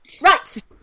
right